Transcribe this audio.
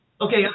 Okay